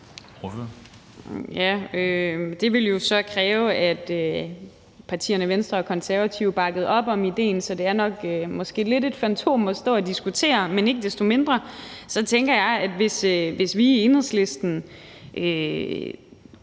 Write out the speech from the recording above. (EL): Det ville jo så kræve, at partierne Venstre og Konservative bakkede op om idéen, så det er måske nok lidt et fantom at stå og diskutere. Men ikke desto mindre tænker jeg, at hvis vi i Enhedslisten